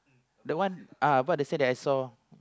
the one uh I bought the same that I saw